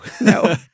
No